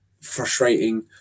frustrating